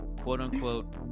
quote-unquote